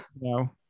no